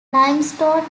limestone